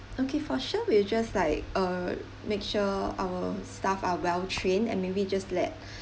okay for sure we'll just like uh make sure our staff are well-trained and maybe just let